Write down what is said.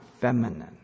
feminine